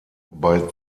bei